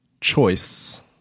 choice